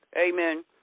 amen